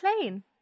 plane